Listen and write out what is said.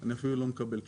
אני אפילו לא מקבל תשובה.